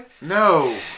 No